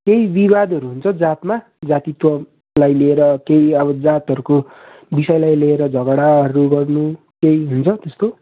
केही विवादहरू हुन्छ जातमा जातित्वलाई लिएर केही अब जातहरूको विषयलाई लिएर झगडाहरू गर्ने केही हुन्छ त्यस्तो